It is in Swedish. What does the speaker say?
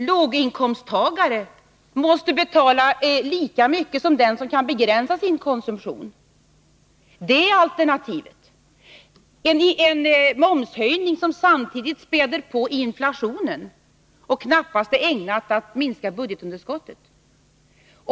Låginkomsttagare måste betala lika mycket som de som kan begränsa sin konsumtion. Det alternativet späder samtidigt på inflationen och är knappast ägnat att minska budgetunderskottet.